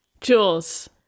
Jules